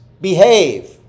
behave